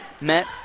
met